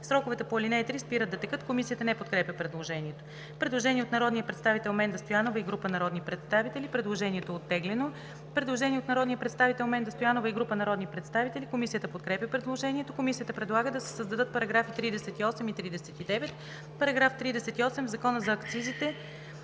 сроковете по ал. 3 спират да текат“. Комисията не подкрепя предложението. Предложение от народния представител Менда Стоянова и група народни представители. Предложението е оттеглено. Предложение от народния представител Менда Стоянова и група народни представители. Комисията подкрепя предложението. Комисията предлага да се създадат параграфи 38 и 39: „§ 38. В Закона за акцизите